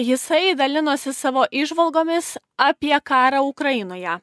jisai dalinosi savo įžvalgomis apie karą ukrainoje